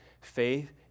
Faith